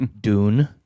Dune